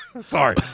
Sorry